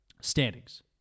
standings